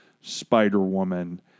Spider-Woman